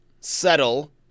settle